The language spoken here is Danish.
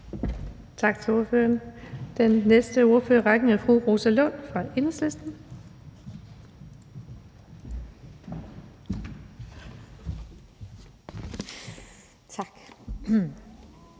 Tak til ordføreren. Den næste ordfører i rækken er fru Rosa Lund fra Enhedslisten. Kl.